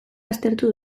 aztertu